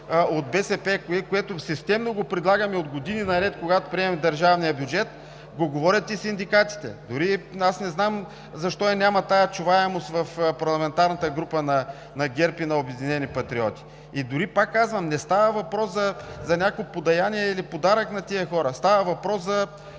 от БСП, което системно го предлагаме от години наред, когато приемаме държавния бюджет, го говорят и синдикатите. Аз не знам защо я няма тази чуваемост в парламентарната група на ГЕРБ и на „Обединени патриоти“. Пак казвам, не става въпрос за някакво подаяние или подарък на тези хора, става въпрос за